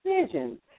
decisions